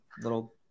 little